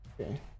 Okay